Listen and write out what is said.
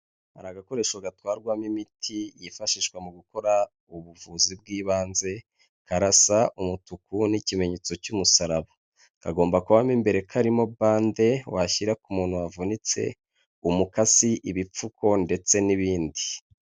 Hari agakoresho gatwarwamo imiti, kifashishwa mu gukora ubuvuzi bw'ibanze, karasa umutuku n'ikimenyetso cy'umusaraba, kagomba kubamo imbere karimo bande washyira ku muntu wavunitse, umukasi, ibipfuko, ndetse n'ibindi.